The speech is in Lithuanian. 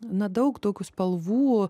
na daug tokių spalvų